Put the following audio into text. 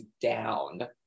down